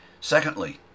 Secondly